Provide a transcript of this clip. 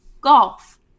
golf